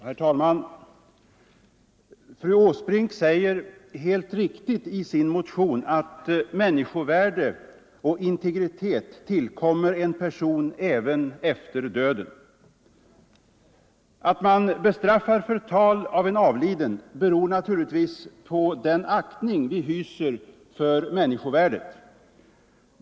Herr talman! Fru Åsbrink säger, helt riktigt, i sin motion att människovärde och integritet tillkommer en person även efter döden. Att vi bestraffar förtal av en avliden beror naturligtvis på den aktning vi hyser för människovärdet.